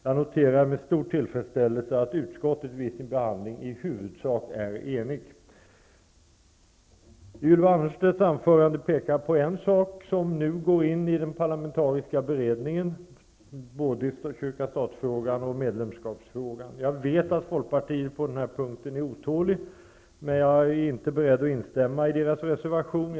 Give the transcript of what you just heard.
Jag noterar med stor tillfredsställelse att utskottet vid sin behandling i huvudsak är enigt. Ylva Annerstedts anförande pekar på en sak som nu går in i den parlamentariska beredningen, både i kyrka--stat-frågan och i medlemskapsfrågan. Jag vet att man inom Folkpartiet i denna fråga är otålig, men jag är inte beredd att instämma i reservationen.